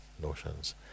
notions